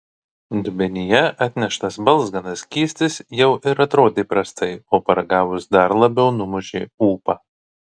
dubenyje atneštas balzganas skystis jau ir atrodė prastai o paragavus dar labiau numušė ūpą